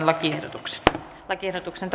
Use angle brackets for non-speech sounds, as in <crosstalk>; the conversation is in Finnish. <unintelligible> lakiehdotuksesta lakiehdotuksesta <unintelligible>